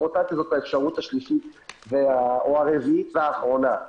שרוטציה זאת האפשרות השלישית או הרביעית והאחרונה.